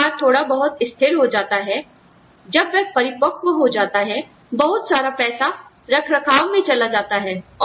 जब व्यापार थोड़ा बहुत स्थिर हो जाता है जब वह परिपक्व हो जाता है बहुत सारा पैसा रखरखाव में चला जाता है